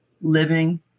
living